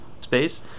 space